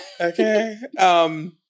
Okay